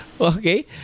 Okay